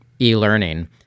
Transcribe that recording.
e-learning